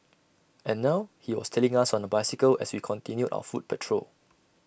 and now he was tailing us on A bicycle as we continued our foot patrol